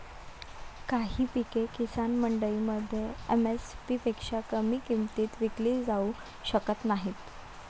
काही पिके किसान मंडईमध्ये एम.एस.पी पेक्षा कमी किमतीत विकली जाऊ शकत नाहीत